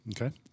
Okay